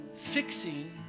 fixing